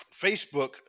Facebook